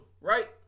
right